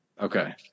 Okay